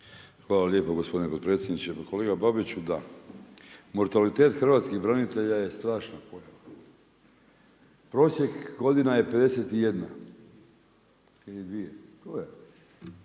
Hvala lijepo gospodine potpredsjedniče. Kolega Babić, da, mortalitet hrvatskih branitelja je strašna pojava. Prosjek godina je 51 ili dvije,